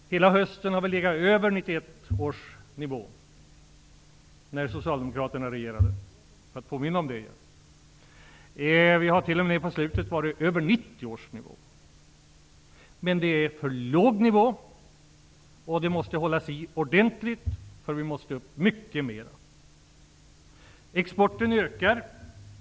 Hela hösten har vi legat över 1991 års nivå då Socialdemokraterna regerade -- för att återigen påminna om det. Vi har t.o.m. nu på slutet varit över 1990 års nivå. Men egentligen är det en alldeles för låg nivå, och vi måste upp på en högre nivå. Exporten ökar i omfattning.